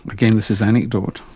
again, this is anecdote.